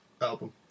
album